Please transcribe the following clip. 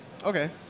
Okay